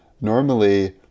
normally